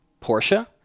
Porsche